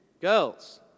girls